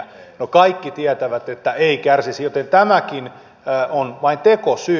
no kaikki tietävät että ei kärsisi joten tämäkin on vain tekosyy